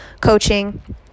coaching